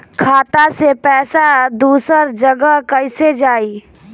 खाता से पैसा दूसर जगह कईसे जाई?